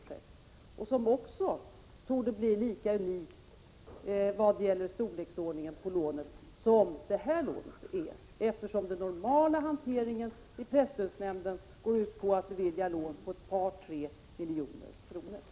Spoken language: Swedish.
Där torde storleken på lånet bli lika unik som när det gäller det lån som här diskuterats, eftersom den normala hanteringen i presstödsnämnden går ut på att bevilja lån på ett par tre miljoner kronor.